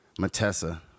Matessa